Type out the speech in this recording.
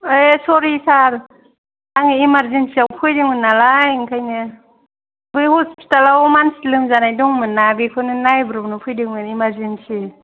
ए सरि सार आं इमार्जेनसिआव फैदोंमोन नालाय ओंखायनो बे हस्पिटालाव मानसि लोमजानाय दंमोनना बेखौनो नायब्रबनो फैदों इमार्जेनसि